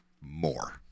more